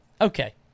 Okay